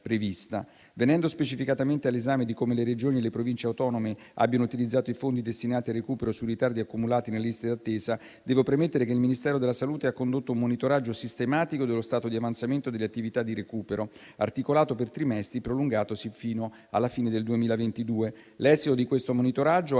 Venendo specificatamente all'esame di come le Regioni e le Province autonome abbiano utilizzato i fondi destinati al recupero sui ritardi accumulati nelle liste di attesa, devo premettere che il Ministero della salute ha condotto un monitoraggio sistematico dello stato di avanzamento delle attività di recupero, articolato per trimestri e prolungatosi fino alla fine del 2022. L'esito di questo monitoraggio